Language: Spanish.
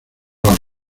los